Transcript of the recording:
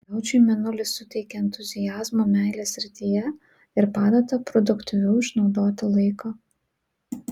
jaučiui mėnulis suteikia entuziazmo meilės srityje ir padeda produktyviau išnaudoti laiką